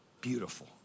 beautiful